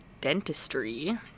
Dentistry